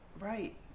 Right